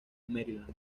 maryland